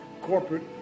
corporate